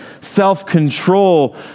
self-control